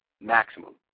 Maximum